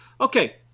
Okay